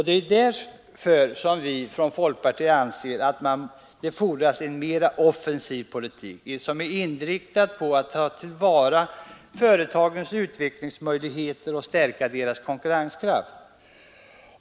Det är därför som vi från folkpartiet anser att det fordras en mera offensiv politik, som är inriktad på att tillvarata företagens utvecklingsmöjligheter och stärka deras konkurrenskraft.